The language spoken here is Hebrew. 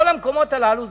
בכל המקומות הללו,